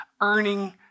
earning